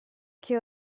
che